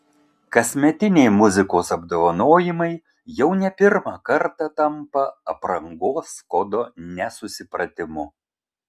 kasmetiniai muzikos apdovanojimai jau ne pirmą kartą tampa aprangos kodo nesusipratimu